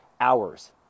hours